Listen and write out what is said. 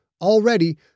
already